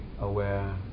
aware